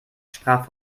sprach